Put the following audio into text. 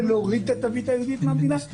להוריד את התווית היהודית מהמדינה.